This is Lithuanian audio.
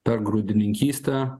per grūdininkystę